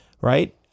Right